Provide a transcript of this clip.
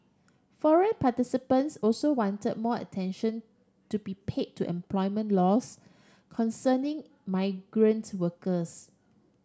forum participants also wanted more attention to be pay to employment laws concerning migrant workers